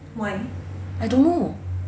I don't know